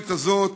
ההיסטורית הזאת